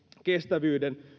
kestävyyden